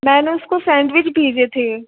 मैंने उसको सैंडविच भेजे थे